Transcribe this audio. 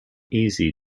easy